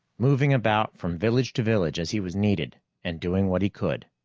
moving about from village to village as he was needed and doing what he could.